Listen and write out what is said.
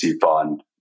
fund